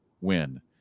win